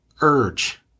urge